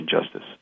justice